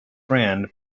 brand